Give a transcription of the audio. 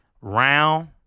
round